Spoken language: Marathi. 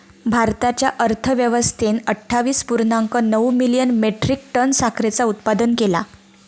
भारताच्या अर्थव्यवस्थेन अट्ठावीस पुर्णांक नऊ मिलियन मेट्रीक टन साखरेचा उत्पादन केला